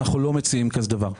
אנחנו לא מציעים דבר כזה.